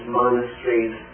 monasteries